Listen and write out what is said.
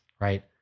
Right